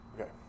Okay